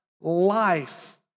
life